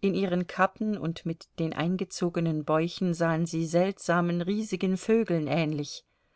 in ihren kappen und mit den eingezogenen bäuchen sahen sie seltsamen riesigen vögeln ähnlich